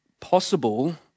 possible